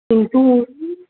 কিন্তু